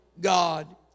God